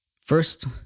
First